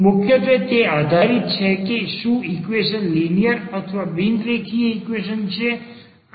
મુખ્યત્વે તે આધારિત છે કે શું ઈક્વેશન લિનિયર અથવા બિન રેખીય ઈક્વેશન છે